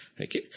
Okay